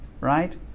Right